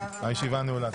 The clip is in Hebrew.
הישיבה נעולה.